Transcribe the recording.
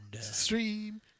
Stream